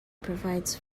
provides